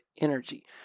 energy